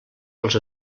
els